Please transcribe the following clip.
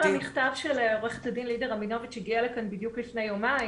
המכתב של עורכת הדין לידיה רבינוביץ' הגיעה לכאן בדיוק לפני יומיים,